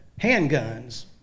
handguns